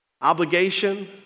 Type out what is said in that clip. Obligation